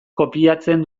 kopiatzen